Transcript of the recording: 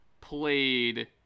played